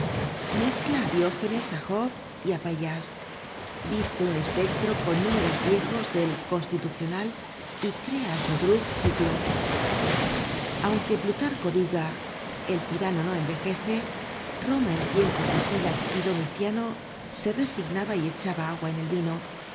mezcla á diógenes á job y á paíllasse viste un espectro con números viejos del constitucional y crea á chodruc duelos aunque plutarco diga el tirano no envejece roma en tiempos de sila y domiciano se resignaba y echaba agua en el vino